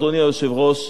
אדוני היושב-ראש,